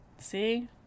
See